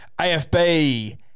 AFB